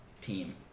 team